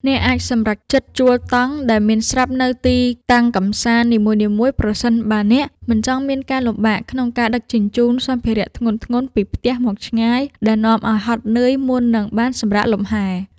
អ្នកអាចសម្រេចចិត្តជួលតង់ដែលមានស្រាប់នៅទីតាំងកម្សាន្តនីមួយៗប្រសិនបើអ្នកមិនចង់មានការលំបាកក្នុងការដឹកជញ្ជូនសម្ភារៈធ្ងន់ៗពីផ្ទះមកឆ្ងាយដែលនាំឱ្យហត់នឿយមុននឹងបានសម្រាកលម្ហែ។